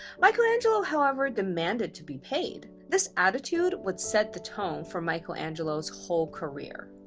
michelangelo however, demanded to be paid. this attitude would set the tone for michelangelo's whole career.